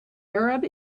arab